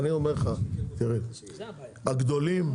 הגדולים,